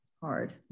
hard